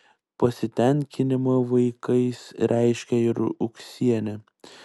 pasitenkinimą vaikais reiškė ir ūksienė